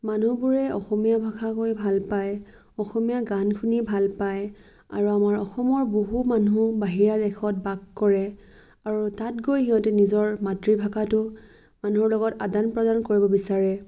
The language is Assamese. মানুহবোৰে অসমীয়া ভাষা কৈ ভাল পায় অসমীয়া গান শুনি ভাল পায় আৰু আমাৰ অসমৰ বহু মানুহ বাহিৰা দেশত বাস কৰে আৰু তাত গৈ সিহঁতে নিজৰ মাতৃভাষাটো মানুহৰ লগত আদান প্ৰদান কৰিব বিচাৰে